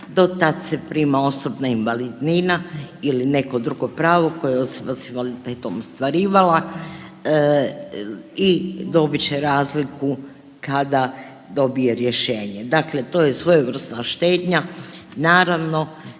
do tad se prima osobna invalidnina ili neko drugo pravo koje je osoba s invaliditetom ostvarivala i dobit će razliku kada dobije rješenje, dakle to je svojevrsna štednja. Naravno